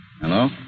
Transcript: Hello